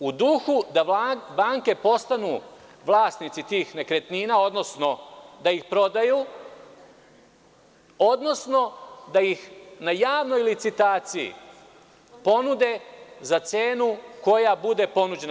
U duhu da banke postanu vlasnici tih nekretnina, odnosno da ih prodaju, odnosno da ih na javnoj licitaciji ponude za cenu koja bude ponuđena.